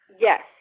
Yes